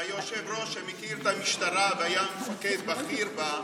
שמכיר את המשטרה והיה מפקד בכיר בה,